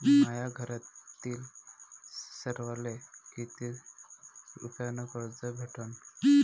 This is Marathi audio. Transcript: माह्या घरातील सर्वाले किती रुप्यान कर्ज भेटन?